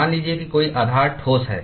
मान लीजिए कि कोई आधार ठोस है